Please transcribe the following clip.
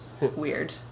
weird